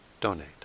donate